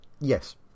Yes